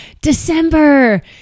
December